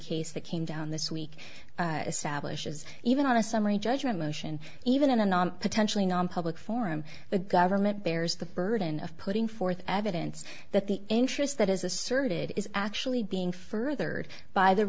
case that came down this week establishes even on a summary judgment motion even in a non potentially nonpublic forum the government bears the burden of putting forth evidence that the interest that is asserted is actually being furthered by the